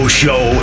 show